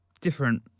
different